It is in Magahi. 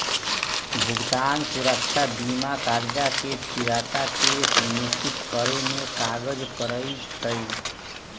भुगतान सुरक्षा बीमा करजा के फ़िरता के सुनिश्चित करेमे काज करइ छइ